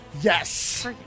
Yes